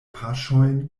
paŝojn